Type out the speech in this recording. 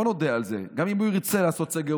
בואו נודה בזה: גם אם הוא ירצה לעשות סגר,